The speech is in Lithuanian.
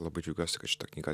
labai džiaugiuosi kad šita knyga